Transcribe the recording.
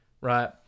Right